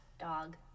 Dog